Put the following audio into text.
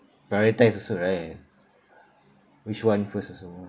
prioritise also right which one first also